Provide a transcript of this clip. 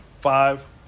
five